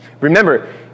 Remember